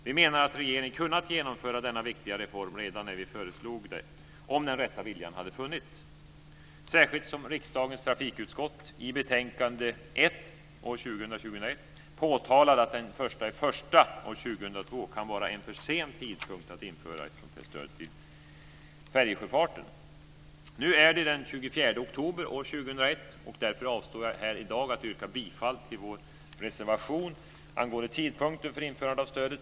Vi menar att regeringen hade kunnat genomföra denna viktiga reform redan när vi föreslog det om den rätta viljan hade funnits, särskilt som riksdagens trafikutskott i betänkande 2000/01:1 påtalade att den 1 januari 2002 kan vara en för sen tidpunkt att införa ett sådant här stöd till färjesjöfarten. Nu är det den 24 oktober 2001, och därför avstår jag från att yrka bifall till vår reservation angående tidpunkten för införande av stödet.